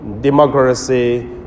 democracy